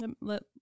Let